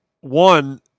One